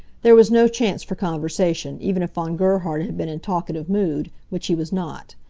there was no chance for conversation, even if von gerhard had been in talkative mood, which he was not.